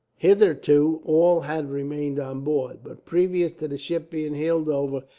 hitherto all had remained on board but previous to the ship being heeled over,